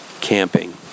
camping